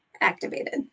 activated